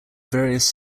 various